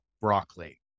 broccoli